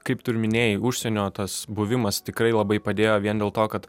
kaip tu ir minėjai užsienio tas buvimas tikrai labai padėjo vien dėl to kad